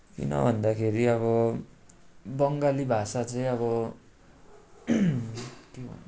किन भन्दाखेरि अब बङ्गाली भाषा चाहिँ अब त्यो